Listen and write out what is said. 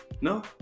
No